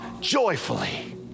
joyfully